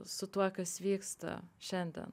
su tuo kas vyksta šiandien